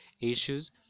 issues